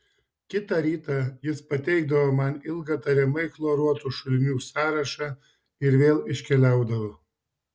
kitą rytą jis pateikdavo man ilgą tariamai chloruotų šulinių sąrašą ir vėl iškeliaudavo